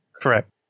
Correct